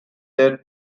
their